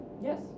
Yes